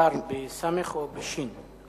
שר בסמ"ך או בשי"ן.